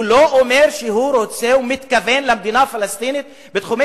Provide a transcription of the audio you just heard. הוא לא אומר שהוא רוצה ומתכוון למדינה פלסטינית בתחומי